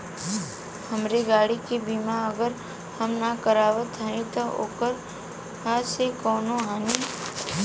हमरे गाड़ी क बीमा अगर हम ना करावत हई त ओकर से कवनों हानि?